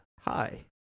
Hi